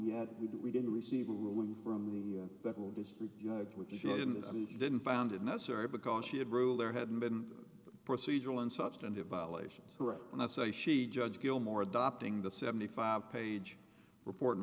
yet we didn't receive a ruling from the federal district judge which she didn't and she didn't found it necessary because she had ruled there hadn't been procedural and substantive violations correct and i say she judge gilmore adopting the seventy five page report